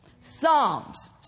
Psalms